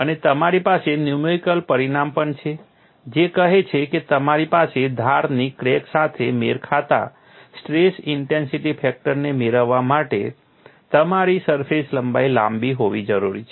અને તમારી પાસે ન્યુમેરિકલ પરિણામ પણ છે જે કહે છે કે તમારી પાસે ધારની ક્રેક સાથે મેળ ખાતા સ્ટ્રેસ ઇન્ટેન્સિટી ફેક્ટરને મેળવવા માટે તમારી સરફેસ લંબાઈ લાંબી હોવી જરૂરી છે